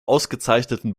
ausgezeichneten